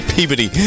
Peabody